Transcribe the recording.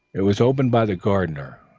it was opened by the gardener,